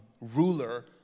ruler